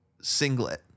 singlet